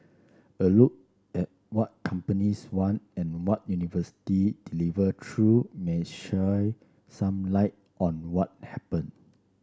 a look at what companies want and what university deliver true may sheer some light on what happened